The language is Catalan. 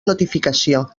notificació